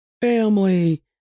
family